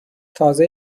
تازه